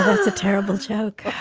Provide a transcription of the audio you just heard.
ah that's a terrible joke.